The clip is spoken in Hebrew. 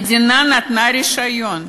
המדינה נתנה רישיון,